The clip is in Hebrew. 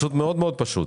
מאוד מאוד פשוט.